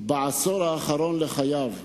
בעשור האחרון לחייו,